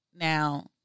Now